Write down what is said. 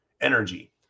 Energy